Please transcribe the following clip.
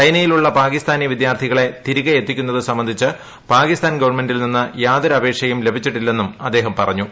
ചൈനയിലുള്ള പാകിസ്ഥാനി വിദ്യാർത്ഥികളെ തിരികെ എത്തിക്കുന്നത് സംബന്ധിച്ച് പാകിസ്ഥാൻ ഗവൺമെന്റിൽ നിന്നും യാതൊരു അപേക്ഷയും ലഭിച്ചിട്ടില്ലെന്നും അദ്ദേഹം പറഞ്ഞു